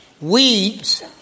Weeds